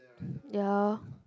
yalor